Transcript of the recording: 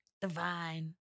Divine